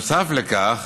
נוסף על כך,